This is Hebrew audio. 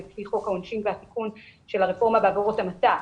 לפי חוק העונשין והתיקון של הרפורמה בעבירות המתה,